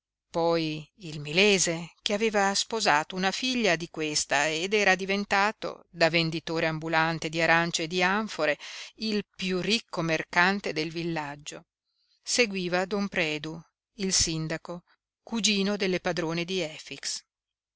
poi il milese che aveva sposato una figlia di questa ed era diventato da venditore ambulante di arance e di anfore il piú ricco mercante del villaggio seguiva don predu il sindaco cugino delle padrone di efix